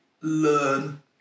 learn